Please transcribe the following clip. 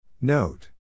Note